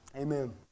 Amen